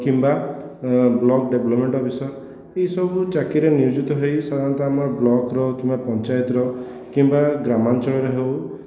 କିମ୍ବା block development officer ଏହି ସବୁ ଚାକିରୀରେ ନିୟୋଜିତ ହୋଇ ସାଧାରଣତଃ ଆମର ବ୍ଲକର କିମ୍ବା ପଞ୍ଚାୟତର କିମ୍ବା ଗ୍ରାମାଞ୍ଚଳରେ ହେଉ